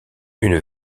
une